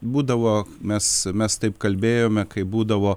būdavo mes mes taip kalbėjome kai būdavo